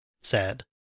sad